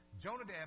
Jonadab